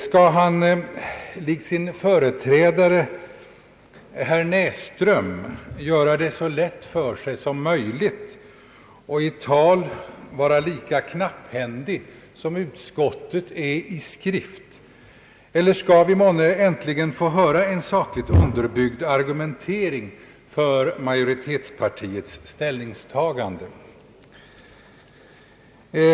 Skall han i likhet med sin företrädare, herr Näsström, göra det så lätt för sig som möjligt och i tal vara lika knapphändig som utskottet är i skrift, eller skall vi månne äntligen få höra en sakligt underbyggd argumentering för majoritetspartiets ställningstagande?